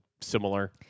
similar